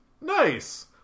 Nice